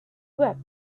wept